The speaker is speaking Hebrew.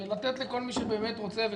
ולתת לכל מי שרוצה וצריך.